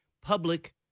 public